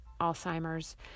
Alzheimer's